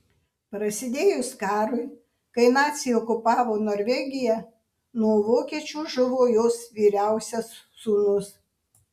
prasidėjus karui kai naciai okupavo norvegiją nuo vokiečių žuvo jos vyriausias sūnus